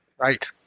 Right